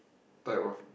type of